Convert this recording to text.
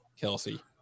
Kelsey